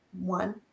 one